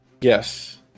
Yes